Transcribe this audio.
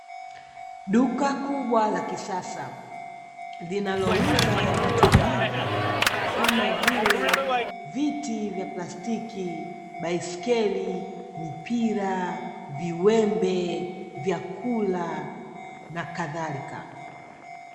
Duka kubwa la kisasa linalouza vitu vingi kama vile: viti vya plastiki, baiskeli, mipira, viwembe, vyakula na kadhalika.